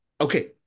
okay